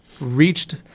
reached